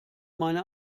meine